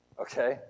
okay